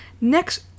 next